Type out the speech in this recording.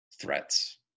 threats